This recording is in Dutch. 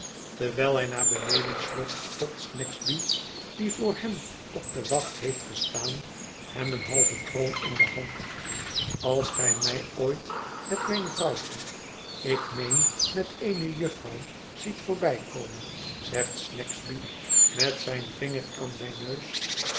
terwijl hij naar beneden sloft stopt snagsby die voor hem op de wacht heeft gestaan hem eene halve kroon in de hand als gij mij ooit met mijn vrouwtje ik meen met eene jufvrouw ziet voorbijkomen zegt snagsby met zijn vinger aan zijn neus